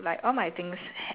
nah actually